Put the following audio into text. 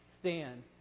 stand